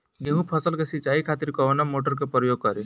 गेहूं फसल के सिंचाई खातिर कवना मोटर के प्रयोग करी?